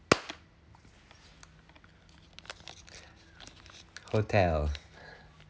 hotel